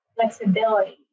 flexibility